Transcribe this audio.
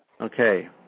Okay